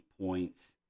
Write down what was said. points